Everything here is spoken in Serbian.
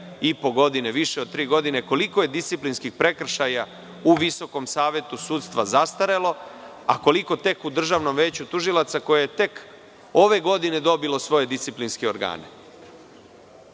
u prethodne tri i po godine koji je disciplinskih prekršaja u Visokom savetu sudstva zastarelo a koliko tek u Državnom veću tužilaca, koje je tek ove godine dobilo svoje disciplinske organe.